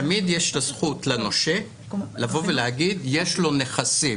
תמיד יש זכות לנושה להגיד, יש לו נכסים.